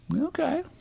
Okay